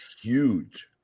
huge